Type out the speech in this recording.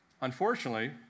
unfortunately